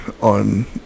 on